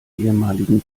ehemaligen